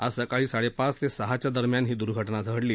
आज सकाळी साडेपाच ते सहाच्या दरम्यान ही दूर्घटना झाली